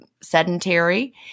sedentary